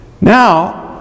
Now